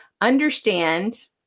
understand